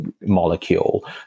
molecule